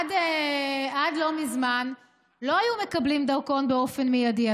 עד לא מזמן לא היו מקבלים דרכון באופן מיידי,